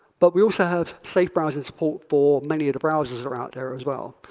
but we also have safe browsing support for many of the browsers that are out there as well.